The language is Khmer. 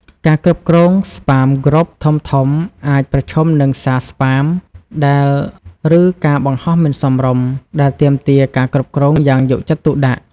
ការគ្រប់គ្រង Spam Group ធំៗអាចប្រឈមនឹងសារ Spam ឬការបង្ហោះមិនសមរម្យ ដែលទាមទារការគ្រប់គ្រងយ៉ាងយកចិត្តទុកដាក់។